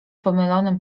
pomylonym